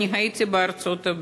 אני הייתי בארצות-הברית,